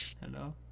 Hello